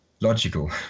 logical